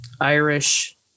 Irish